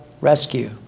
rescue